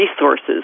resources